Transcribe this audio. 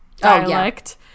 dialect